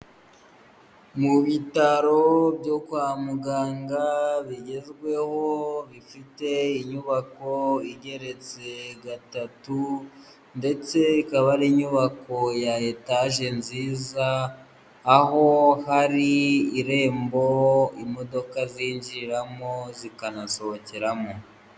Mu bitaro byo kwa muganga bigezweho bifite inyubako igeretse gatatu ndetse ikaba ari inyubako ya etage nziza aho hari irembo imodoka zinjiramo zikanasohokeramo.